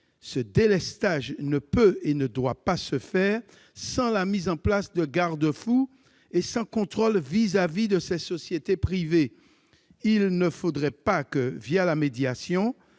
ce délestage ne peut et ne doit pas se faire sans mise en place de garde-fous et sans contrôle de ces sociétés privées. Il ne faudrait pas que, la médiation,